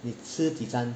你吃几餐